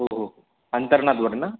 हो हो हो अंतर्नादवर ना